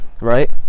right